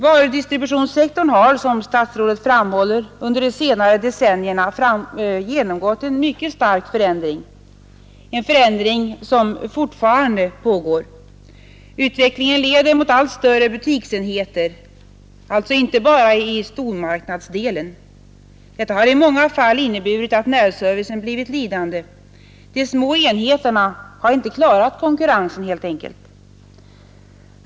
Varudistributionssektorn har, som statsrådet framhåller, under de senare decennierna genomgått en mycket stark förändring, en förändring som alltjämt fortsätter. Utvecklingen går mot allt större butiksenheter, inte bara i stormarknadsdelen. Det har i många fall inneburit att närservicen blivit lidande. De små enheterna har inte klarat konkurrensen helt enkelt.